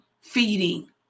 feeding